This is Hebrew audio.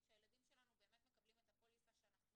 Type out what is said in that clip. שהילדים שלנו באמת מקבלים את הפוליסה שאנחנו